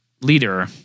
leader